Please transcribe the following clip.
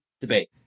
debate